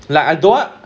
like I don't want